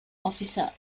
އޮފިސަރ